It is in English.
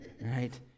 right